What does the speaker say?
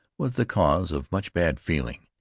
was the cause of much bad feeling.